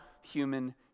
human